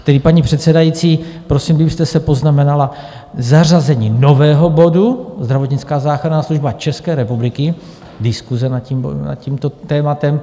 Tedy, paní předsedající, prosím, kdybyste si poznamenala zařazení nového bodu Zdravotnická záchranná služba České republiky, diskuse nad tímto tématem.